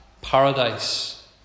Paradise